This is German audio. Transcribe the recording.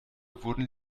wurden